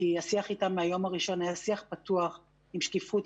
כי השיח איתם מהיום הראשון היה שיח פתוח עם שקיפות,